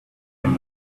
bye